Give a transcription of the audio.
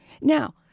Now